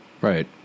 right